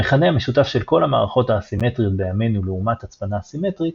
המכנה המשותף של כל המערכות האסימטריות בימינו לעומת הצפנה סימטרית,